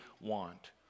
want